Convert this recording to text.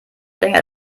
länger